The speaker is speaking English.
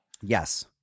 Yes